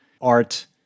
art